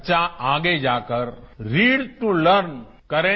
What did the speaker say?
बच्चा आगे जाकर रीड दू लर्न करें